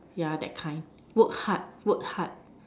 yeah that kind work hard work hard